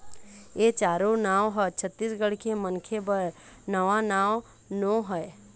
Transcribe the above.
ए चारो नांव ह छत्तीसगढ़ के मनखे बर नवा नांव नो हय